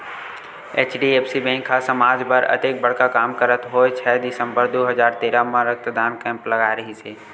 HDFC bank ह समाज बर अतेक बड़का काम करत होय छै दिसंबर दू हजार तेरा म रक्तदान कैम्प लगाय रिहिस हे